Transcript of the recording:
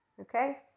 Okay